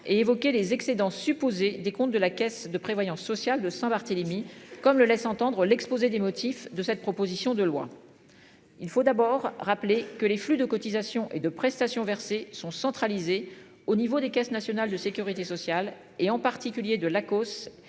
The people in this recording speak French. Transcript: et évoqué les excédents supposé des comptes de la Caisse de prévoyance sociale de Saint-Barthélemy, comme le laisse entendre l'exposé des motifs de cette proposition de loi. Il faut d'abord rappeler que les flux de cotisations et de prestations versées sont centralisées au niveau des caisses nationales de Sécurité sociale et en particulier de la